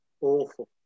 awful